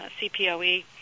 CPOE